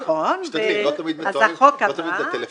נכון, אז החוק עבר.